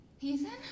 Ethan